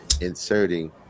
inserting